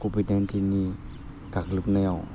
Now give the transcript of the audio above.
Covid नाइन्टिननि गाग्सोबनायाव